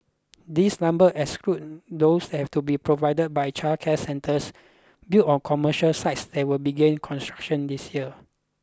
this number excludes those have to be provided by childcare centres built on commercial sites that will begin construction this year